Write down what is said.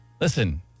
Listen